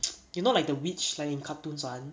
you know like the witch in like cartoons [one]